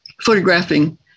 photographing